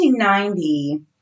1990